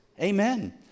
Amen